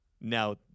Now